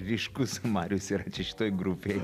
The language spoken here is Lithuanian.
ryškus marius yra šitoj grupėj